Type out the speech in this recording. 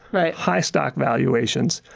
high stock valuations.